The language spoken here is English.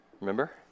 Remember